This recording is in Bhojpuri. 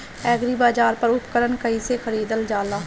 एग्रीबाजार पर उपकरण कइसे खरीदल जाला?